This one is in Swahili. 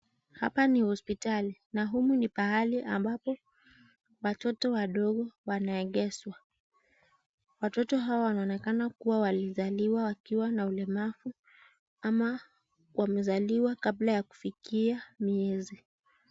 Hapa ni hospitali, na humu ni pahali ambapo watoto wadogo wanaegezwa, watoto hawa wanaonekana kuwa walizaliwa wakiwa na ulemavu, ama wamezaliwa kabla ya kufikia miezi.